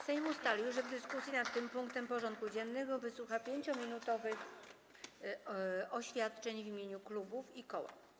Sejm ustalił, że w dyskusji nad tym punktem porządku dziennego wysłucha 5-minutowych oświadczeń w imieniu klubów i koła.